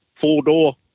four-door